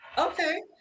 Okay